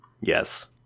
yes